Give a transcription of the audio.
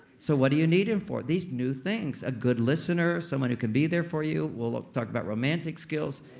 so what do you need him for? these new things. a good listener. someone who can be there for you. we'll talk about romantic skills.